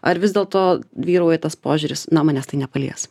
ar vis dėlto vyrauja tas požiūris na manęs tai nepalies